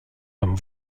comme